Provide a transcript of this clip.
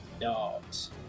dogs